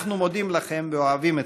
אנחנו מודים לכם ואוהבים אתכם,